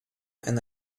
and